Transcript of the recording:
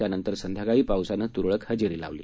त्यानंतर संध्याकाळी पावसाने तुरळक हजेरी लावली